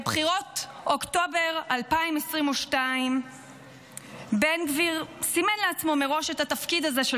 בבחירות אוקטובר 2022 בן גביר סימן לעצמו מראש את התפקיד הזה של